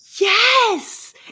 Yes